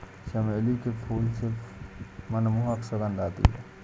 चमेली के फूल से मनमोहक सुगंध आती है